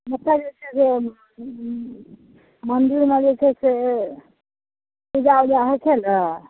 मंदिरमे जे छै से पूजा ओजा होइ छै ने